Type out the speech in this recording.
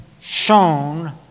shown